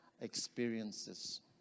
experiences